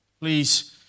please